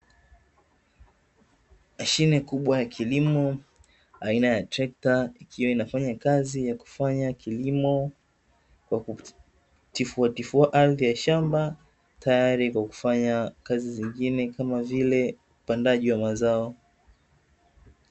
Mashine kubwa ya kilimo aina ya trekta ikiwa inafanya kazi ya kufanya kilimo kwa kutifuatifua ardhi ya shamba, tayari kwa kufanya kazi zingine kama vile upandaji wa mazao.